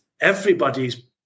everybody's